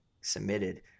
submitted